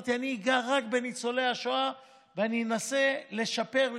אמרתי שאני אגע רק בניצולי השואה ואני אנסה לשפר,